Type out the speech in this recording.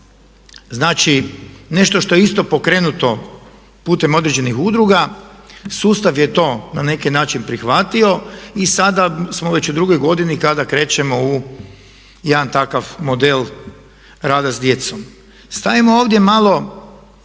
Znači nešto što je isto pokrenuto putem određenih udruga, sustav je to na neki način prihvatio i sada smo već u drugoj godini kada krećemo u jedan takav model rada s djecom. Stavimo ovdje malo